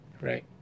right